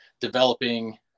developing